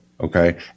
Okay